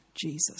Jesus